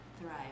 thrive